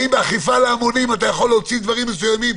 האם באכיפה להמונים אתה יכול להוציא דברים מסוימים,